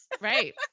right